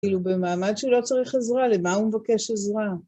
כאילו במעמד שהוא לא צריך עזרה, למה הוא מבקש עזרה?